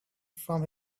from